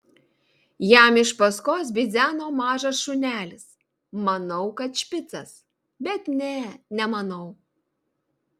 jam iš paskos bidzeno mažas šunelis manau kad špicas bet ne nemanau